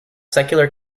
secular